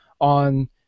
on